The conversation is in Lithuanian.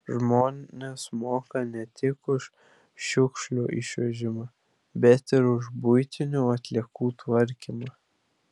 žmonės moka ne tik už šiukšlių išvežimą bet ir už buitinių atliekų tvarkymą